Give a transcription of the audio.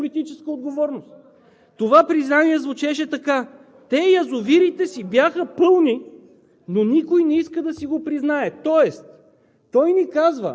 което само по себе си изисква разследвания и най-висша степен на политическа отговорност! Това признание звучеше така – те, язовирите, си бяха пълни,